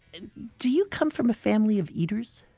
do you come from a family of eaters?